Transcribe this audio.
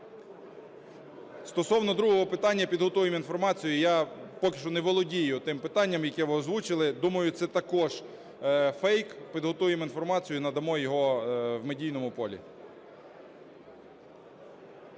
Стосовно другого питання - підготуємо інформацію. Я поки що не володію тим питання, яке ви озвучили. Думаю, це також фейк. Підготуємо інформацію і надамо її в медійному полі.